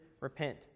repent